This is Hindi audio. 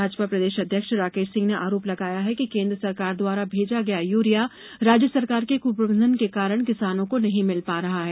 भाजपा प्रदेश अध्यक्ष राकेश सिंह ने आरोप लगाया है कि केंद्र सरकार द्वारा भेजा गया यूरिया राज्य सरकार के क्प्रबंधन के कारण किसानों को नहीं मिल पा रहा है